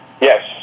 yes